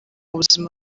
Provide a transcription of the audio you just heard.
buzima